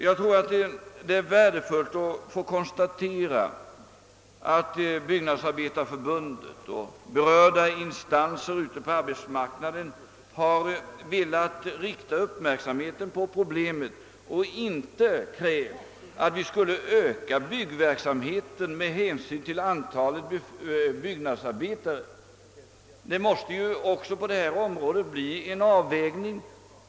Jag anser det också värdefullt att kunna konstatera att Byggnadsarbetareförbundet och berörda instanser på arbetsmarknaden velat rikta uppmärksamheten på problemet och inte krävt att vi skulle öka byggverksamheten med hänsyn till antalet byggnadsarbetare. Det måste också på detta område bli fråga om en avvägning.